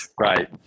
Right